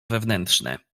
wewnętrzne